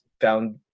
found